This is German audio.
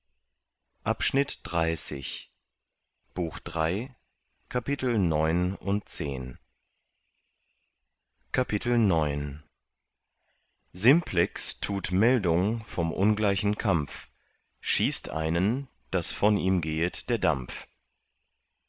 kapitel simplex tut meldung vom ungleichen kampf schießt einen daß von ihm gehet der dampf